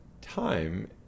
time